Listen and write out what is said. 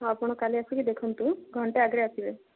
ଆପଣ କାଲି ଆସିକି ଦେଖନ୍ତୁ ଘଣ୍ଟେ ଆଗରେ ଆସିବେ